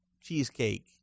cheesecake